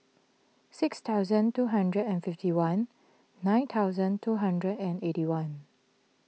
six thousand two hundred and fifty one nine thousand two hundred and eighty one